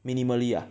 minimally ah